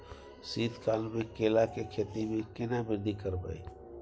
शीत काल मे केला के खेती में केना वृद्धि करबै?